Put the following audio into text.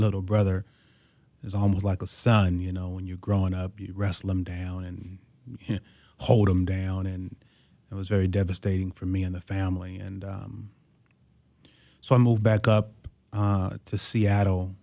little brother is almost like a son you know when you're growing up you wrestle him down and him hold him down and it was very devastating for me in the family and so i moved back up to seattle